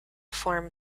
form